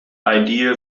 idea